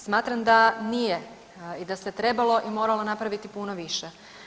Smatram da nije i da se trebalo i moralo napraviti puno više.